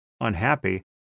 unhappy—